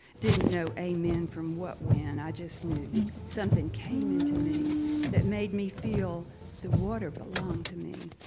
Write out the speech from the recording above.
didn't know amen from what, when, i just knew. something came into me that made me feel the water belonged to me.